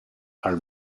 are